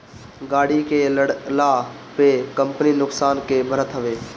गाड़ी के लड़ला पअ कंपनी नुकसान के भरत हवे